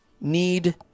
need